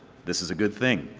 this is a good thing.